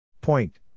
Point